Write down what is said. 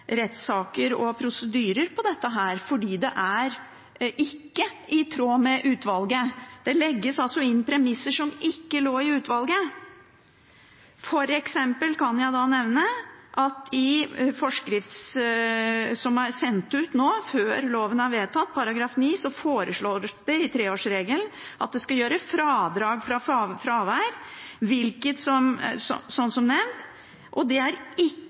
rettssaker og prosedyrer om dette fordi det ikke er i tråd med utvalget. Det legges inn premisser som ikke lå i utvalget. Jeg kan f.eks. nevne at i forskriften som er sendt ut nå, før loven er vedtatt – i § 9 – foreslås det i treårsregelen at det skal gjøres fradrag for fravær, og det er ikke i samsvar med utvalgets innstilling. Det